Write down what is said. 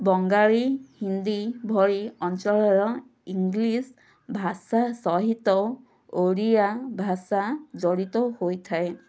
ବଙ୍ଗାଳୀ ହିନ୍ଦୀ ଭଳି ଅଞ୍ଚଳର ଇଂଲିଶ ଭାଷା ସହିତ ଓଡ଼ିଆ ଭାଷା ଜଡ଼ିତ ହୋଇଥାଏ